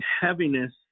heaviness